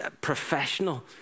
professional